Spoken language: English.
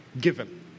given